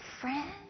Friend